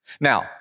Now